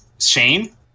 Shane